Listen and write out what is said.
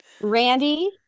Randy